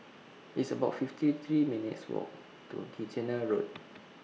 It's about fifty three minutes' Walk to Kitchener Road